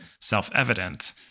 self-evident